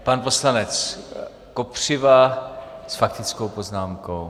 Pan poslanec Kopřiva s faktickou poznámkou.